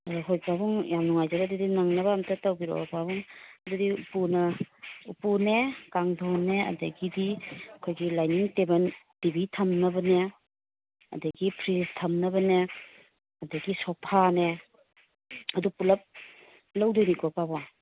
ꯑꯗ ꯍꯣꯏ ꯄꯥꯕꯨꯡ ꯌꯥꯝ ꯅꯨꯡꯉꯥꯏꯖꯔꯦ ꯑꯗꯨꯗꯤ ꯅꯪꯅꯕ ꯑꯝꯇ ꯇꯧꯕꯤꯔꯛꯑꯣ ꯄꯥꯕꯨꯡ ꯑꯗꯨꯗꯤ ꯎꯄꯨꯅ ꯎꯄꯨꯅꯦ ꯀꯥꯡꯗꯣꯟꯅꯦ ꯑꯗꯒꯤꯗꯤ ꯑꯩꯈꯣꯏꯒꯤ ꯂꯥꯏꯅꯤꯡ ꯇꯦꯕꯟ ꯇꯤ ꯕꯤ ꯊꯝꯅꯕꯅꯦ ꯑꯗꯒꯤ ꯐ꯭ꯔꯤꯖ ꯊꯝꯅꯕꯅꯦ ꯑꯗꯒꯤ ꯁꯣꯐꯥꯅꯦ ꯑꯗꯨ ꯄꯨꯂꯞ ꯂꯧꯗꯣꯏꯅꯤꯀꯣ ꯄꯥꯕꯨꯡ